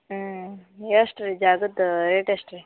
ಹ್ಞೂ ಎಷ್ಟು ರೀ ಜಾಗದ ರೇಟ್ ಎಷ್ಟು ರೀ